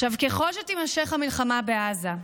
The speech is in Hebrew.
ככל שתימשך המלחמה בעזה,